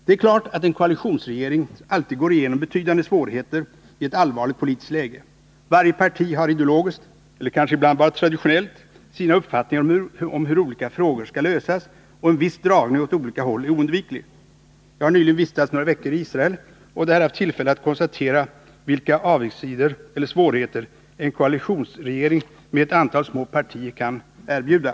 Det är klart att en koalitionsregering alltid går igenom betydande svårigheter i ett allvarligt politiskt läge. Varje parti har ideologiskt, eller kanske ibland bara traditionellt, sina uppfattningar om hur olika frågor skall lösas, och en viss dragning åt olika håll är oundviklig. Jag har nyligen vistats några veckor i Israel och där haft tillfälle att konstatera vilka avigsidor eller svårigheter en koalitionsregering med ett antal små partier kan erbjuda.